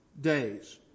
days